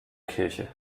kirche